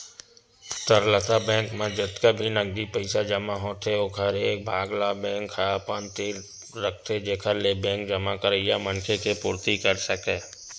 तरलता बेंक म जतका भी नगदी पइसा जमा होथे ओखर एक भाग ल बेंक ह अपन तीर रखथे जेखर ले बेंक जमा करइया मनखे के पुरती कर सकय